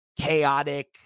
chaotic